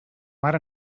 mar